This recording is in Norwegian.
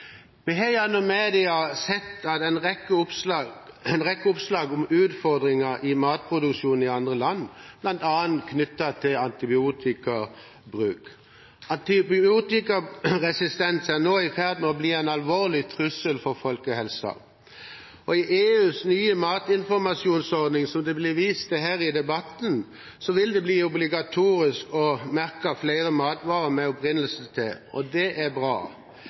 Vi har i media sett en rekke oppslag om utfordringer i matproduksjonen i andre land, bl.a. knyttet til antibiotikabruk. Antibiotikaresistens er nå i ferd med å bli en alvorlig trussel mot folkehelsen. I EUs nye matinformasjonsordning, som det ble vist til her i debatten, vil det bli obligatorisk å merke flere matvarer med opprinnelsessted – og det er bra.